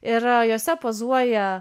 ir jose pozuoja